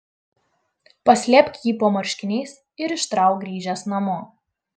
paslėpk jį po marškiniais ir ištrauk grįžęs namo